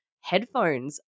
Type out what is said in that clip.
headphones